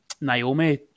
Naomi